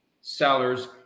sellers